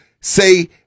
say